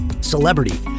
celebrity